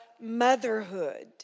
motherhood